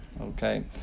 Okay